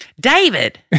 David